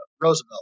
Roosevelt